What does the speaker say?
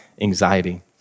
anxiety